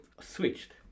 Switched